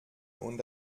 und